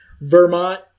Vermont